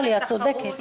אורלי, את צודקת.